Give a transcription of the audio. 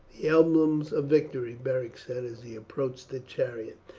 the emblems of victory, beric said as he approached the chariot.